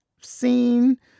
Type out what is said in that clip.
seen